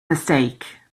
mistake